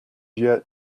yet